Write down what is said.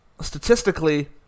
statistically